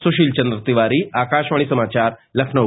सुशील चन्द्र तिवारी आकाशवाणी समाचार लखनऊ